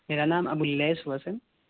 میرا نام ابواللیث ہوا سر